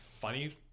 funny